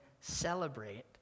celebrate